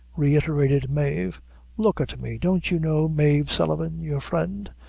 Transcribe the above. reiterated mave look at me don't you know mave sullivan your friend,